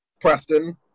Preston